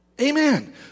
Amen